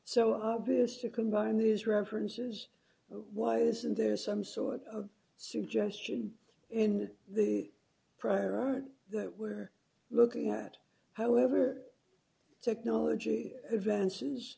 so obvious to combine these references why isn't there some sort of suggestion in the prior art that we're looking at however technology advances